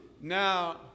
Now